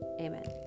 Amen